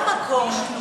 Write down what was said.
במקום.